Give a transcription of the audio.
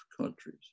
countries